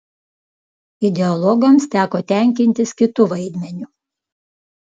ideologams teko tenkintis kitu vaidmeniu